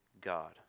God